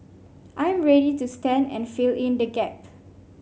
I'm ready to stand and fill in the gap